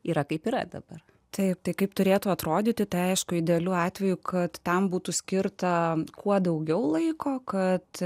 yra kaip yra dabar taip tai kaip turėtų atrodyti aišku idealiu atveju kad tam būtų skirta kuo daugiau laiko kad